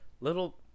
little